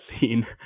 seen